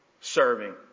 serving